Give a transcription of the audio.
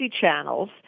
channels